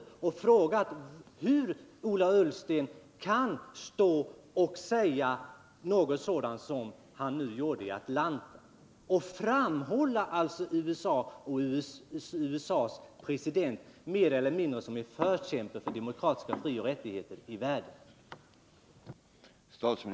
Jag har frågat hur Ola Ullsten kan stå och säga något sådant som det han sade i Atlanta, där han framhöll USA och USA:s president mer eller mindre som förkämpar för demokratiska frioch rättigheter i världen.